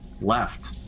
left